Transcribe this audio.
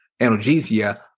analgesia